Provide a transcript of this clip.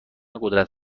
قدرت